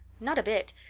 not a bit.